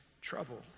trouble